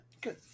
Good